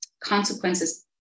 consequences